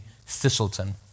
Thistleton